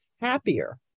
happier